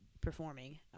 performing